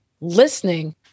listening